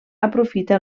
aprofita